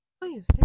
Please